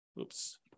oops